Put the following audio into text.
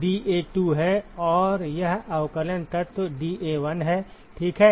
तो यह dA2 है और यह अवकलन तत्व dA1 है ठीक है